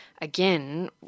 again